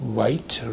White